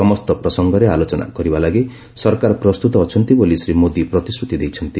ସମସ୍ତ ପ୍ରସଙ୍ଗରେ ଆଲୋଚନା କରିବା ଲାଗି ସରକାର ପ୍ରସ୍ତୁତ ଅଛନ୍ତି ବୋଲି ଶ୍ରୀ ମୋଦି ପ୍ରତିଶ୍ରତି ଦେଇଛନ୍ତି